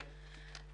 כן.